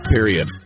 Period